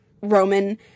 Roman